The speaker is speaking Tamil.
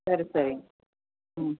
சரி சரி ம்